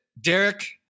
Derek